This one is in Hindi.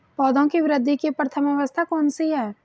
पौधों की वृद्धि की प्रथम अवस्था कौन सी है?